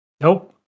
Nope